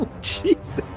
jesus